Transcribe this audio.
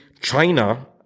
China